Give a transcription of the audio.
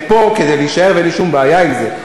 הם פה כדי להישאר, ואין לי שום בעיה עם זה.